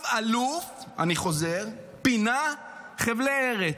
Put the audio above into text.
אני חוזר: צו אלוף פינה חבלי ארץ,